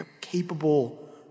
capable